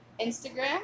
instagram